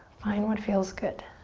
find what feels good.